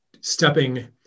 stepping